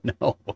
No